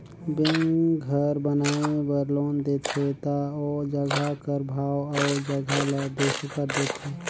bank घर बनाए बर लोन देथे ता ओ जगहा कर भाव अउ जगहा ल देखकर देथे